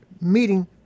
meeting